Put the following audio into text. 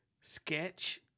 sketch